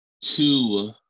two